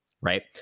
Right